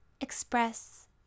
express